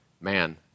man